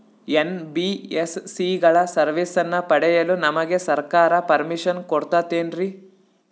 NBSC ಗಳ ಸರ್ವಿಸನ್ನ ಪಡಿಯಲು ನಮಗೆ ಸರ್ಕಾರ ಪರ್ಮಿಷನ್ ಕೊಡ್ತಾತೇನ್ರೀ?